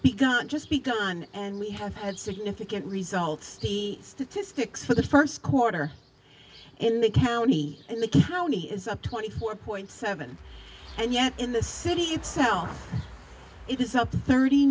have got just begun and we have had significant results the statistics for the first quarter in the county and the county is up twenty four point seven and yet in the city itself it is up to thirty